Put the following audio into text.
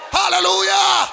hallelujah